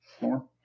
More